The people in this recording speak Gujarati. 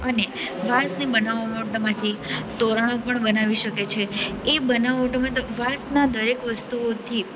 અને વાંસની બનાવટોમાંથી તોરણો પણ બનાવી શકે છે એ બનાવટોમાં વાંસના દરેક વસ્તુઓથી